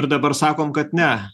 ir dabar sakom kad ne